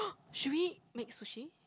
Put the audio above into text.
should we make sushi